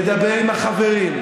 לדבר עם החברים,